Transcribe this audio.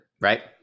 right